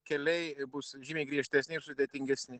keliai bus žymiai griežtesni ir sudėtingesni